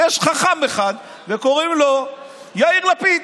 ויש חכם אחד שקוראים לו יאיר לפיד.